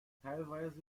teilweise